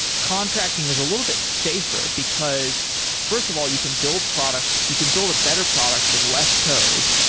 contracting is a little bit safer, because first of all you can build products, you can build a better product with less code.